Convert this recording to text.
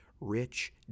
rich